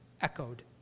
echoed